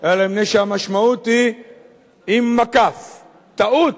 אלא משום שהמשמעות היא עם מקף: טעות,